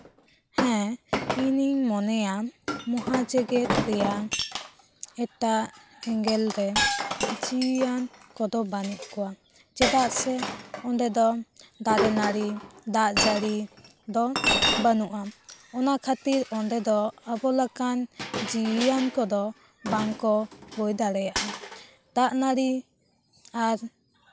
ᱦᱮᱸ ᱤᱧᱤᱧ ᱢᱚᱱᱮᱭᱟ ᱢᱚᱦᱟ ᱡᱮᱸᱜᱮᱫ ᱨᱮᱭᱟᱝ ᱮᱴᱟᱜ ᱮᱸᱜᱮᱞ ᱨᱮ ᱡᱤᱣᱤᱭᱟᱱ ᱠᱚᱫᱚ ᱵᱟᱹᱱᱩᱜ ᱠᱚᱣᱟ ᱪᱮᱫᱟᱜ ᱥᱮ ᱚᱸᱰᱮ ᱫᱚ ᱫᱟᱨᱮᱼᱱᱟᱹᱲᱤ ᱫᱟᱜᱼᱡᱟᱹᱲᱤ ᱫᱚ ᱵᱟᱹᱱᱩᱜᱼᱟ ᱚᱱᱟ ᱠᱷᱟᱹᱛᱤᱨ ᱚᱸᱰᱮ ᱫᱚ ᱟᱵᱚ ᱞᱮᱠᱟᱱ ᱡᱤᱣᱤᱭᱟᱱ ᱠᱚᱫᱚ ᱵᱟᱝᱠᱚ ᱦᱳᱭ ᱫᱟᱲᱮᱭᱟᱜᱼᱟ ᱫᱟᱜᱼᱱᱟᱹᱲᱤ ᱟᱨ